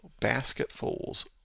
basketfuls